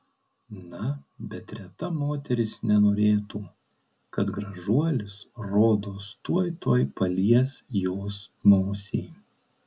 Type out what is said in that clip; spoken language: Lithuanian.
na bet reta moteris nenorėtų kad gražuolis rodos tuoj tuoj palies jos nosį